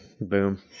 boom